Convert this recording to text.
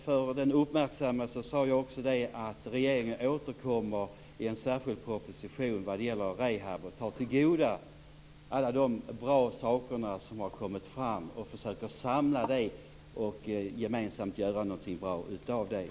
För den uppmärksamme sade jag att regeringen återkommer i en särskild proposition vad gäller rehab. Det handlar om att ta till vara alla bra saker som har kommit fram för att sedan försöka samla det hela och gemensamt göra någonting bra av det.